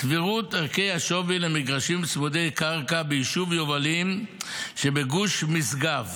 סבירות ערכי השווי למגרשים צמודי קרקע ביישוב יובלים שבגוש משגב.